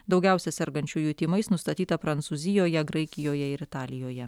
daugiausia sergančiųjų tymais nustatyta prancūzijoje graikijoje ir italijoje